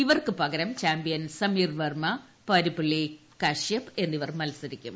ഇവർക്കു പകരം ചാമ്പ്യൻ സമിർ വെർമ്മ പാരുപ്പള്ളി കശ്യപ് എന്നിവർ മത്സരിക്കും